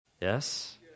Yes